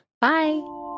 Bye